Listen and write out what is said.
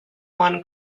one